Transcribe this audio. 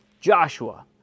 Joshua